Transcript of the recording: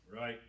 Right